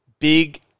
big